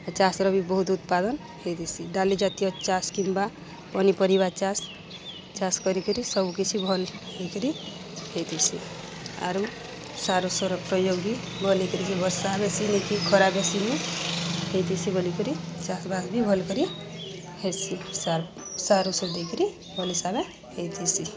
ଚାଷ୍ର ବି ବହୁତ୍ ଉତ୍ପାଦନ୍ ହେଇଥିସି ଡାଲି ଜାତୀୟ ଚାଷ୍ କିମ୍ବା ପନିପରିବା ଚାଷ୍ ଚାଷ୍ କରିକିରି ସବୁକିଛି ଭଲ୍ ହେଇକରି ହେଇଥିସି ଆରୁ ସାର୍ ଉଷୋର ପ୍ରୟୋଗ୍ ବି ଭଲ୍ ହେଇକରି ହି ବର୍ଷା ବେଶୀନି କି ଖରା ବେଶୀନି ହେଇଥିସି ବୋଲିକରି ଚାଷ୍ବାସ୍ ବି ଭଲ୍ କରି ହେସି ସାର୍ ସାର୍ ଉଷୋ ଦେଇକିରି ଭଲ ହିସାବେ ହେଇଥିସି